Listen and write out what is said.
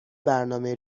برنامه